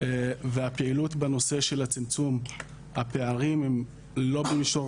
והפעילות בנושא של צמצום הפערים הם לא במישור